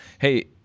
hey